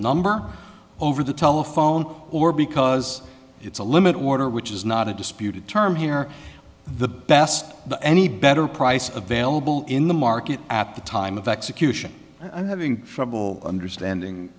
number over the telephone or because it's a limit order which is not a disputed term here or the best any better price of valuable in the market at the time of execution i'm having trouble understanding